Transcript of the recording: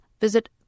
visit